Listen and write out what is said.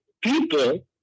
people